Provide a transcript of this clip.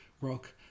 rock